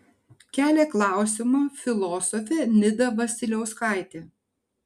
kelia klausimą filosofė nida vasiliauskaitė